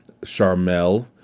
charmel